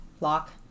lock